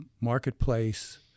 marketplace